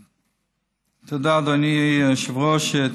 תודה, אדוני היושב-ראש.